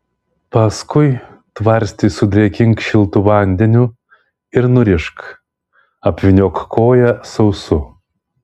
paskui tvarstį sudrėkink šiltu vandeniu ir nurišk apvyniok koją sausu